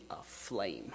aflame